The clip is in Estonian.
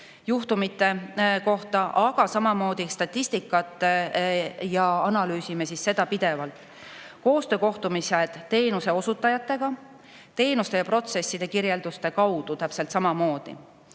juhtumite kohta, aga samamoodi statistikat, ja analüüsime seda pidevalt. Koostöökohtumised teenuse osutajatega. Teenuste ja protsesside kirjelduste kaudu täpselt samamoodi.